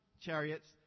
chariots